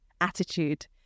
attitude